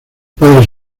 padres